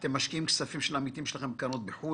אתם משקיעים כספים של עמיתים שלכם בקרנות בחו"ל,